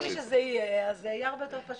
ברגע שזה יהיה, זה יהיה הרבה יותר פשוט.